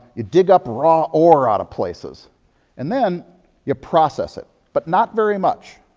you dig up raw ore out of places and then you process it, but not very much.